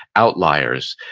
outliers.